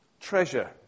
treasure